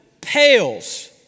pales